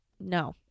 no